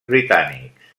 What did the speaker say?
britànics